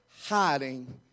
hiding